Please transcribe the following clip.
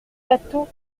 batho